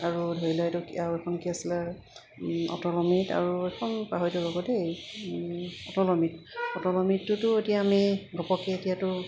আৰু ধৰি লওক এইটো আৰু এইখন কি আছিলে অটল অমৃত আৰু এইখন পাহৰিলোঁ ৰ'ব দেই অটল অমৃত অটল অমৃতটোতো এতিয়া আমি ঘপককৈ এতিয়াতো